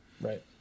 right